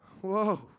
Whoa